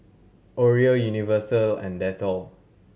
Oreo Universal and Dettol